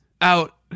out